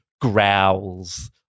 growls